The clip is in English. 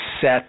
set